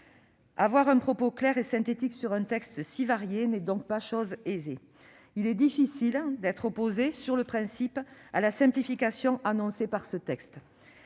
Avoir un propos clair et synthétique sur un texte si varié n'est donc pas chose aisée. Il est difficile d'être opposé sur le principe à la simplification annoncée par ce texte.